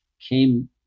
came